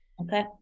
Okay